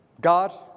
God